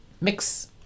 Mix